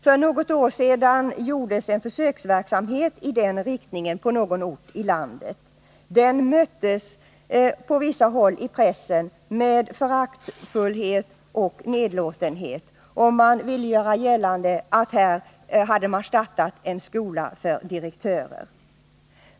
För något år sedan gjordes en försöksverksamhet i den riktningen på någon ort i landet. Den möttes på vissa håll i pressen med föraktfullhet och nedlåtenhet, och man ville göra gällande att här hade startats en skola för direktörer.